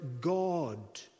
God